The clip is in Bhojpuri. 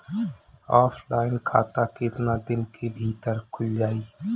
ऑफलाइन खाता केतना दिन के भीतर खुल जाई?